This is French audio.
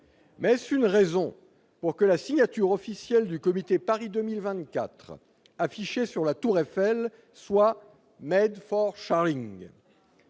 mais est-ce une raison pour que la signature officielle du Comité Paris 2024 affichée sur la tour Eiffel soit «»?